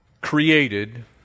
created